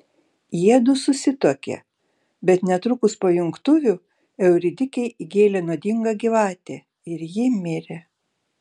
jiedu susituokė bet netrukus po jungtuvių euridikei įgėlė nuodinga gyvatė ir ji mirė